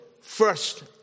first